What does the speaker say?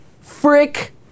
frick